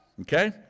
okay